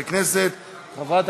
להמשך דיון,